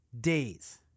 days